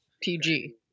PG